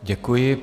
Děkuji.